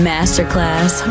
Masterclass